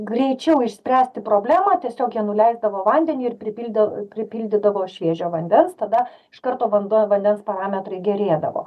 greičiau išspręsti problemą tiesiog jie nuleisdavo vandenį ir pripildė pripildydavo šviežio vandens tada iš karto vanduo vandens parametrai gerėdavo